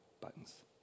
buttons